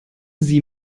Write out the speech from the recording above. sie